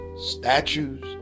statues